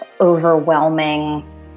overwhelming